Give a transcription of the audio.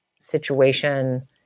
situation